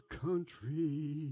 country